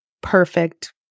perfect